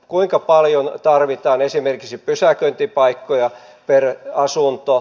kuinka paljon tarvitaan esimerkiksi pysäköintipaikkoja per asunto